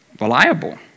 reliable